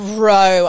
Bro